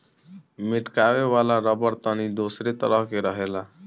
मेटकावे वाला रबड़ तनी दोसरे तरह के रहेला